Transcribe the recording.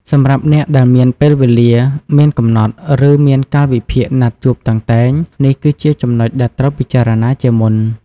សម្រាប់អ្នកដែលមានពេលវេលាមានកំណត់ ឬមានកាលវិភាគណាត់ជួបតឹងតែង នេះគឺជាចំណុចដែលត្រូវពិចារណាជាមុន។